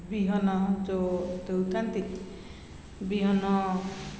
ବିହନ ଯୋଉ ଦେଉଥାନ୍ତି ବିହନ